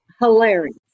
Hilarious